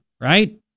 right